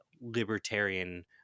libertarian